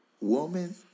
woman